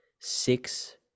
six